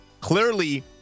clearly